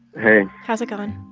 hey how's it going?